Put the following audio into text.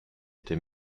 était